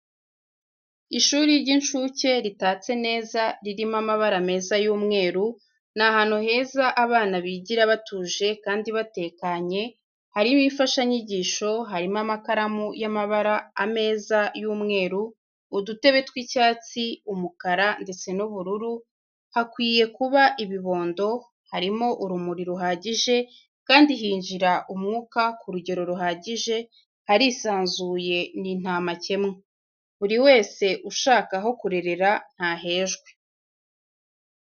Ishuri ry'incuke ritatse neza ririmo amabara meza y'umweru, ni ahantu heza abana bigira batuje kandi batekanye, harimo imfashanyigisho, harimo amakaramu y'amabara ameza y'umweru, udutebe tw'icyatsi, umukara ndetse n'ubururu, hakwiye kuba ibibondo, harimo urumuri ruhagije kandi hinjira umwuka k'urugero ruhagije, harisanzuye n'intamakemwa. Buri wese ushaka aho kurerera ntahejwe.